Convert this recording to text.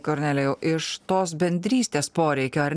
kornelijau iš tos bendrystės poreikio ar